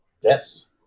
Yes